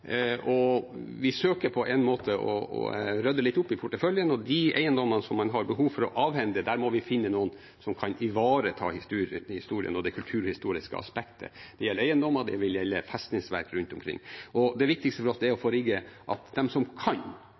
og vi søker på en måte å rydde litt opp i porteføljen. For de eiendommene en har behov for å avhende, må vi finne noen som kan ivareta historien og det kulturhistoriske aspektet. Det gjelder eiendommer, og det vil gjelde festningsverk rundt omkring. Det viktigste for oss er å få rigget det slik at de som kan